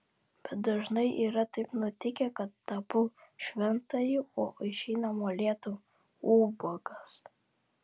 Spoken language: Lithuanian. bet dažnai yra taip nutikę kad tapau šventąjį o išeina molėtų ubagas